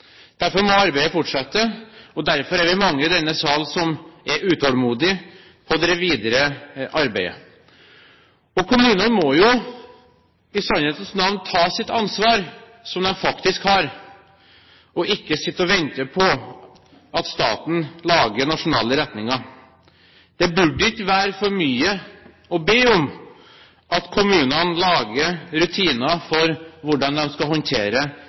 Derfor må arbeidet fortsette, og derfor er vi mange i denne sal som er utålmodige i forhold til det videre arbeidet. Kommunene må jo, i sannhetens navn, ta det ansvar som de faktisk har, og ikke sitte og vente på at staten lager nasjonale retningslinjer. Det burde ikke være for mye å be om at kommunene lager rutiner for hvordan de skal håndtere